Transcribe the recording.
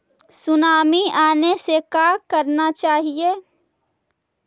Tsunami आने से का करना चाहिए?